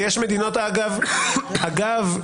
אגב,